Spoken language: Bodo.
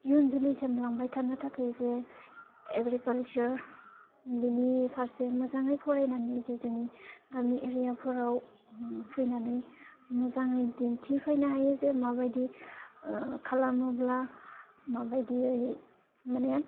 इयुन जोलैसिम लांबाय थानो थाखाय जे एग्रिकालसार बेनि फारसे मोजाङै फरायनानै जे जोंनि गामि एरियाफ्राव फैनानै मोजाङै दिन्थिफैनो हायो जे माबायदि खालामोब्ला माबायदियै मानि